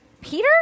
Peter